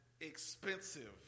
expensive